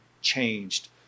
changed